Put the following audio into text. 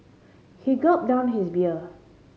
he gulped down his beer